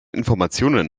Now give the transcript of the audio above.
informationen